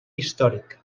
històric